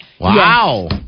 Wow